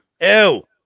Ew